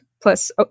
plus